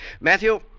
Matthew